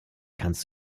kannst